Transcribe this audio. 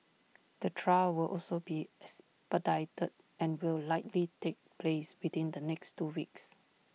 the trial will also be expedited and will likely take place within the next two weeks